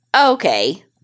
okay